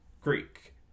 Greek